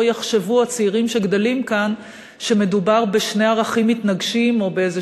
יחשבו הצעירים שגדלים כאן שמדובר בשני ערכים מתנגשים או באיזה